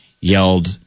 yelled